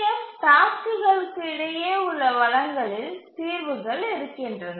F டாஸ்க்குகளுக்கு இடையே உள்ள வளங்களில் தீர்வுகள் இருக்கின்றன